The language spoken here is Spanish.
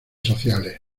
sociales